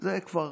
זה כבר